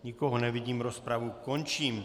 Nikoho nevidím, rozpravu končím.